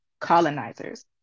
colonizers